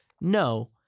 No